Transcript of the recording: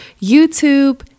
YouTube